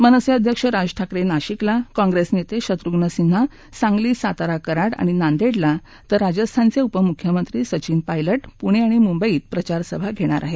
मनसे अध्यक्ष राज ठाकरे नाशिकला काँप्रेस नेते शत्रुघ्न सिन्हा सांगली सातारा कराड आणि नांदेडला तर राजस्थानचे उपमुख्यमंत्री सचीन पायलट पुणे आणि मुंबईत प्रचार सभा घेणार आहेत